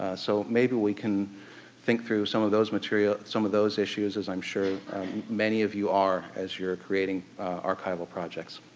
so maybe we can think through some of those materials some of those issues as i'm sure many of you are as you're creating archival projects.